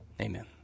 amen